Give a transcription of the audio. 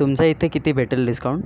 तुमच्या इथे किती भेटेल डिस्काउंट